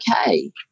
okay